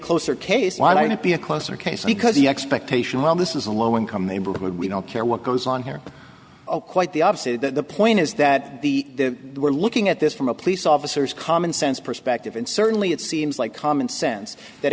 closer case why not be a closer case because the expectation while this is a low income neighborhood we don't care what goes on here quite the opposite that the point is that the we're looking at this from a police officer's common sense perspective and certainly it seems like common sense that